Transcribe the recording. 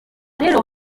rero